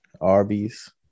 Arby's